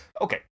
Okay